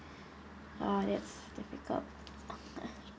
oh that's difficult